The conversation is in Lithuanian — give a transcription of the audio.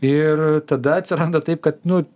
ir tada atsiranda taip kad nu